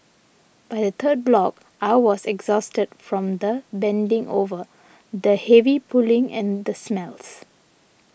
by the third block I was exhausted from the bending over the heavy pulling and the smells